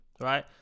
right